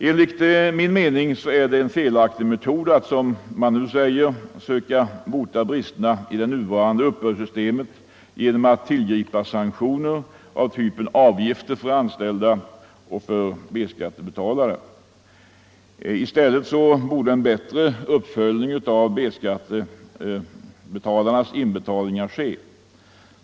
Enligt min mening är det en felaktig metod att, som man nu vill göra, söka bota bristerna i det nuvarande uppbördssystemet genom att tillgripa sanktioner av typen avgifter för anställda och för B-skattebetalare. I stället borde en bättre uppföljning av B-skattebetalarnas inbetalningar ske.